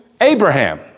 Abraham